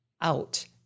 out